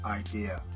idea